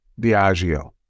Diageo